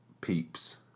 peeps